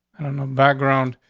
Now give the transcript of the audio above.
know, background.